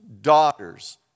daughters